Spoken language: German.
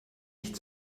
nicht